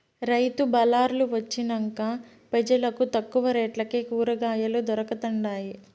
రైతు బళార్లు వొచ్చినంక పెజలకు తక్కువ రేట్లకే కూరకాయలు దొరకతండాయి